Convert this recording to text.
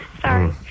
Sorry